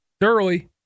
thoroughly